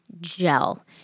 gel